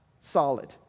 solid